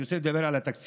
אני רוצה לדבר על התקציב.